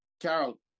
Carol